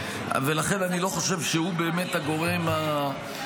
ולכן אני לא חושב שהוא הגורם המתאים.